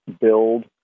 build